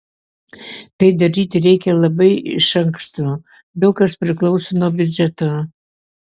tai daryti reikia labai iš anksto daug kas priklauso nuo biudžeto